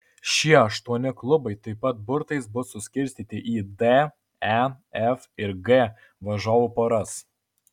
šie aštuoni klubai taip pat burtais bus suskirstyti į d e f ir g varžovų poras